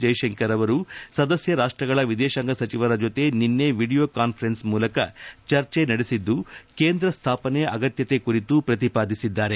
ಜೈಶಂಕರ್ ಅವರು ಸದಸ್ಯ ರಾಷ್ಟಗಳ ವಿದೇಶಾಂಗ ಸಚಿವರ ಜೊತೆ ನಿನ್ನೆ ವಿಡಿಯೊ ಕಾಸ್ಫರೆನ್ಸ್ ಮೂಲಕ ಚರ್ಜೆ ನಡೆಸಿದ್ದು ಕೇಂದ್ರ ಸ್ಥಾಪನೆ ಅಗತ್ಯತೆ ಕುರಿತು ಪ್ರತಿಪಾದಿಸಿದ್ದಾರೆ